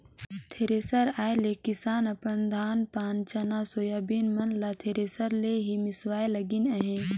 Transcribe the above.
thresher आए ले किसान अपन धान पान चना, सोयाबीन मन ल थरेसर ले ही मिसवाए लगिन अहे